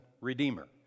redeemer